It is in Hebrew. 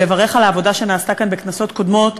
ולברך על העבודה שנעשתה כאן בכנסות קודמות